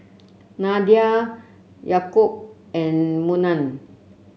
Nadia Yaakob and Munah